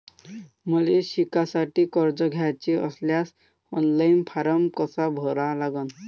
मले शिकासाठी कर्ज घ्याचे असल्यास ऑनलाईन फारम कसा भरा लागन?